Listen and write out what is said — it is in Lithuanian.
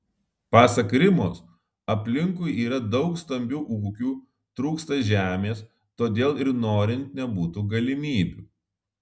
pasak rimos aplinkui yra daug stambių ūkių trūksta žemės todėl ir norint nebūtų galimybių